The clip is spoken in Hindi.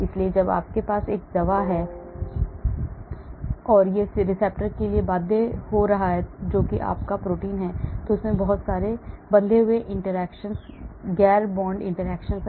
इसलिए जब आपके पास एक दवा है और यह एक रिसेप्टर के लिए बाध्य हो रहा है जो कि आपका प्रोटीन है और इसमें बहुत सारे बंधे हुए इंटरैक्शन गैर बॉन्ड इंटरैक्शन हैं